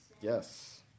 Yes